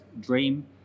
dream